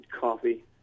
coffee